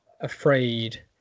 afraid